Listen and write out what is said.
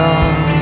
on